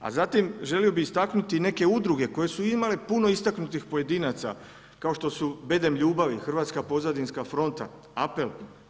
Zatim želio bih istaknuti neke udruge koje su imale puno istaknutih pojedinaca kao što su Bedem ljubavi, Hrvatska pozadinska fronta, Apel.